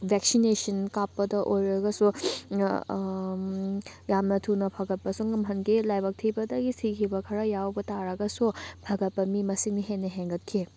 vaccination ꯀꯥꯞꯄꯗ ꯑꯣꯏꯔꯒꯁꯨ ꯌꯥꯝꯅ ꯊꯨꯅ ꯐꯒꯠꯄꯁꯨ ꯉꯝꯍꯟꯒꯤ ꯂꯥꯏꯕꯛ ꯊꯤꯕꯗꯒꯤ ꯁꯤꯈꯤꯕ ꯈꯔ ꯌꯥꯎꯕ ꯇꯥꯔꯒꯁꯨ ꯐꯒꯠꯄ ꯃꯤ ꯃꯁꯤꯡꯅ ꯍꯦꯟꯅ ꯍꯦꯟꯒꯠꯈꯤ